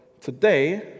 today